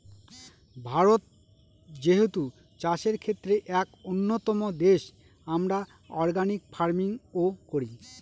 ভারত যেহেতু চাষের ক্ষেত্রে এক উন্নতম দেশ, আমরা অর্গানিক ফার্মিং ও করি